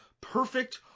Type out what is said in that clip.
perfect